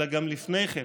אלא גם לפני כן,